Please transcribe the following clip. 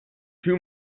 too